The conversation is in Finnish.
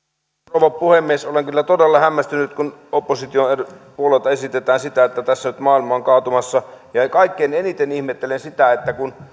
rouva puhemies olen kyllä todella hämmästynyt kun opposition puolelta esitetään sitä että tässä nyt maailma on kaatumassa ja kaikkein eniten ihmettelen sitä että kun